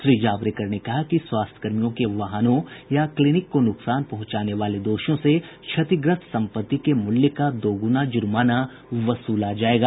श्री जावड़ेकर ने कहा कि स्वास्थ्यकर्मियों के वाहनों या क्लीनिक को नुकसान पहुंचाने वाले दोषियों से क्षतिग्रस्त सम्पत्ति के मूल्य का दोगुना जुर्माना वसूला जाएगा